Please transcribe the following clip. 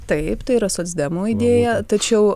taip tai yra socdemų idėja tačiau